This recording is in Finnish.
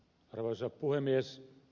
arvoisa puhemies